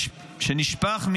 שנשפך.